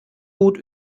gut